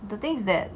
the things that